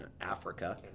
Africa